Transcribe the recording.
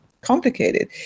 complicated